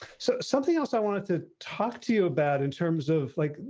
so something else i wanted to talk to you about in terms of like,